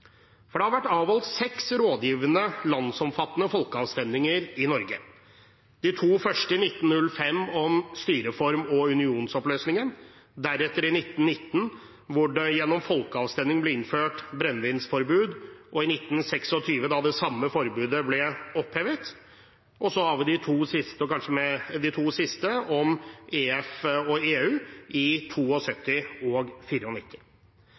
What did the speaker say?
Det har vært avholdt seks rådgivende landsomfattende folkeavstemninger i Norge. De to første i 1905 om styreform og unionsoppløsningen, deretter i 1919, hvor det gjennom folkeavstemningen ble innført brennevinsforbud, og i 1926, da det samme forbudet ble opphevet. Og så har vi de to siste om EF og EU i 1972 og 1994. Det at folket får si sin mening direkte i